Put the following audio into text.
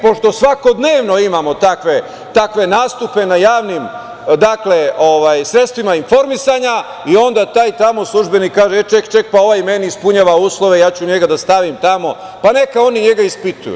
Pošto svakodnevno imamo takve nastupe na javnim sredstvima informisanja, i onda taj tamo službenik kaže, čekaj ovaj meni ispunjava uslove i ja ću njega da stavim tamo, pa neka oni njega ispituju.